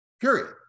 period